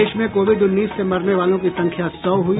प्रदेश में कोविड उन्नीस से मरने वालों की संख्या सौ हुई